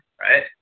right